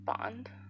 Bond